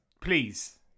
please